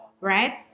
right